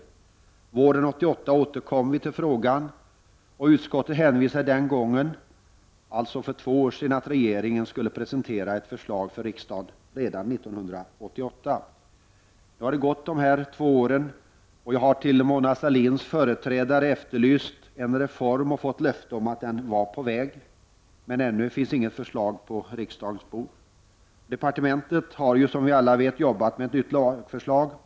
Våren 1988 återkom vi till frågan. Utskottet hänvisade den gången, alltså för två år sedan, till att regeringen skulle presentera ett förslag för riksdagen redan 1988. Nu har alltså två år gått, och jag har hos Mona Sahlins företrädare efterlyst en reform och även fått löfte om att en sådan är på väg. Men ännu har inte något sådant förslag kommit på riksdagens bord. Departementet har, som vi alla vet, jobbat med ett nytt lagförslag.